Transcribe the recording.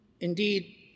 Indeed